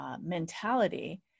mentality